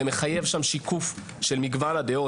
ומחייב שם שיקוף של מגוון הדעות.